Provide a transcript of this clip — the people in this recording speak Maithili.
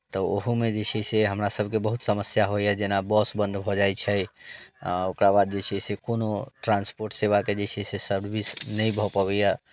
तऽ ओहूमे जे छै से हमरासभके बहुत समस्या होइए जेना बस बन्द भऽ जाइ छै ओकरा बाद जे छै से कोनो ट्रान्सपोर्ट सेवाके जे छै से सर्विस नहि भऽ पबैए